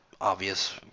obvious